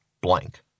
blank